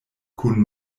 kun